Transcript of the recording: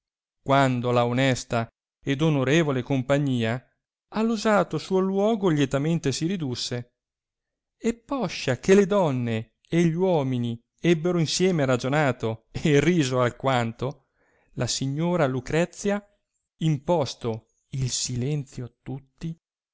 quando la onesta ed onorevole compagnia a l'usato suo luogo lietamente si ridusse e poscia che le donne e gli uomini ebbero insieme ragionato e riso alquanto la signora lucrezia imposto il silenzio a tutti